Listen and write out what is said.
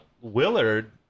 Willard